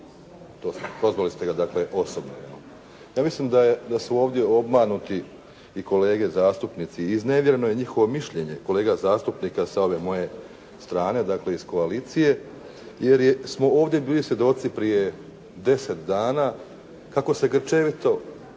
Prozvali ste ga dakle osobno. Ja mislim da su ovdje obmanuti i kolege zastupnici, iznevjereno je njihovo mišljenje kolega zastupnika sa ove moje strane, dakle iz koalicije, jer smo ovdje bili svjedoci prije 10 dana kako se grčevito